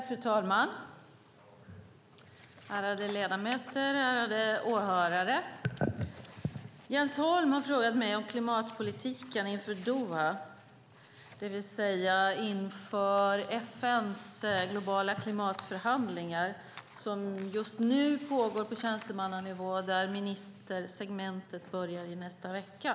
Fru talman, ärade ledamöter och ärade åhörare! Jens Holm har frågat mig om klimatpolitiken inför Doha, det vill säga inför FN:s globala klimatförhandlingar som just nu pågår på tjänstemannanivå. Ministersegmentet börjar i nästa vecka.